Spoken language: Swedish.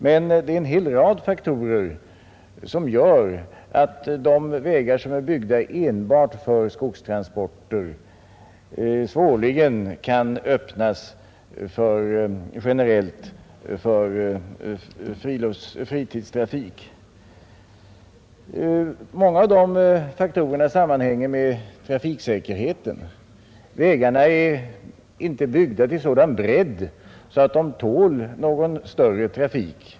Men det är en hel rad faktorer som gör att vägar som är byggda enbart för skogstransporter svårligen kan öppnas generellt för fritidstrafik. Många av de faktorerna sammanhänger med trafiksäkerheten. Vägarna är inte byggda till sådan bredd att de tål någon större trafik.